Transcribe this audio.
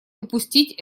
упустить